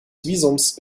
visums